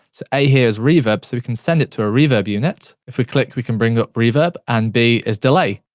a here is reverb, so we can send it to a reverb unit. if we click, we can bring up reverb, and b is delay.